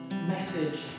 Message